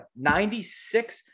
96